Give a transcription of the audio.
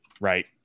Right